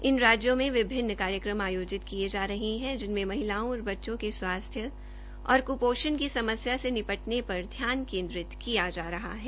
इन राज्यों में विभिन्न कार्यक्रम आयोजित किए जा रहे हैं जिनमें महिलाओं और बच्चों के स्वास्थ्य और कुपोषण की समस्या से निपटने पर ध्यान केन्द्रित किया जा रहा है